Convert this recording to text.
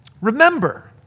remember